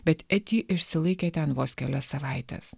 bet eti išsilaikė ten vos kelias savaites